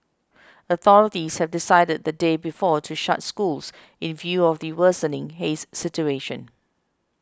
authorities had decided the day before to shut schools in view of the worsening haze situation